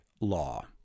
law